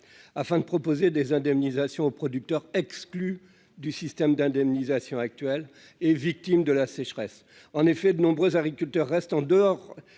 afin de proposer des indemnisations aux producteurs exclus du système d'indemnisation actuelle et victime de la sécheresse en effet de nombreux agriculteurs restent en dehors,